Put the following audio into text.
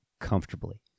comfortably